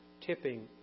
tipping